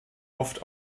oft